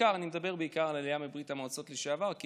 אני מדבר בעיקר על העלייה מברית המועצות לשעבר כי